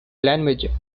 languages